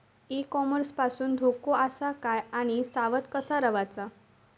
E commerce पासून धोको आसा काय आणि सावध कसा रवाचा?